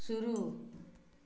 शुरू